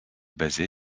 basé